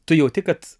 tu jauti kad